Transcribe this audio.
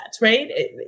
Right